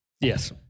Yes